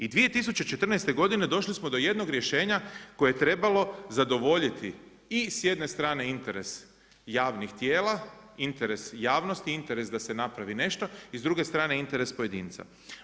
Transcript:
I 2014. godine došli smo do jednog rješenja koje je trebalo zadovoljiti i s jedne strane interes javnih tijela, interes javnosti, interes da se napravi nešto i s druge strane interes pojedinca.